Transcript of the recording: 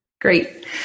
Great